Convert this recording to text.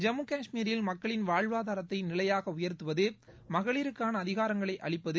ஜம்மு காஷ்மீரில் மக்களின் வாழ்வாதாரத்தை நிலையாக உயர்த்துவது மகளிருக்கான அதிகாரங்களை அளிப்பது